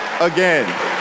again